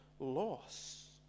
loss